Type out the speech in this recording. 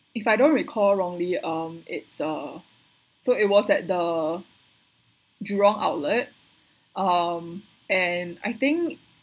if I don't recall wrongly um it's uh so it was at the jurong outlet um and I think